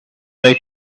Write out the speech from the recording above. way